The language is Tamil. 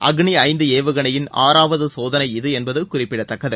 அக்னி ஐந்து ஏவுகனையின் ஆறாவது சோதனை இது என்பது குறிப்பிடத்தக்கது